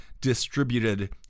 distributed